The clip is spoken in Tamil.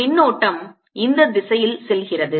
மின்னோட்டம் இந்த திசையில் செல்கிறது